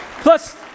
plus